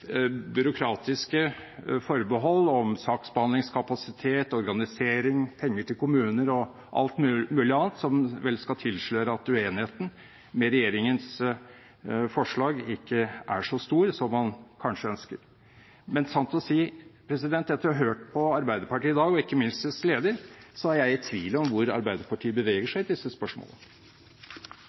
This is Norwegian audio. byråkratiske forbehold om saksbehandlingskapasitet, organisering, penger til kommuner og alt mulig annet, som vel skal tilsløre at uenigheten om regjeringens forslag ikke er så stor som man kanskje ønsker. Men sant å si, etter å ha hørt på Arbeiderpartiet i dag, og ikke minst dets leder, er jeg i tvil om hvor Arbeiderpartiet beveger seg i disse spørsmålene.